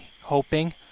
hoping